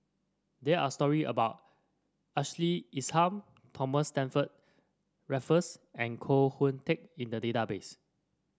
there are story about Ashley Isham Thomas Stamford Raffles and Koh Hoon Teck in the database